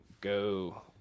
go